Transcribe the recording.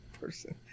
person